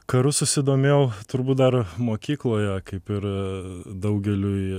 karu susidomėjau turbūt dar mokykloje kaip ir daugeliui